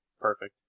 perfect